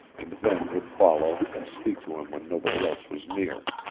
and then would follow and speak to him when nobody else was near.